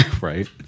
Right